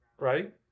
right